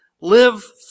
live